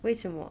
为什么